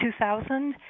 2000